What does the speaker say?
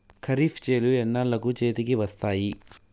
ఖరీఫ్ చేలు ఎన్నాళ్ళకు చేతికి వస్తాయి?